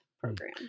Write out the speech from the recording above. program